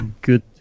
good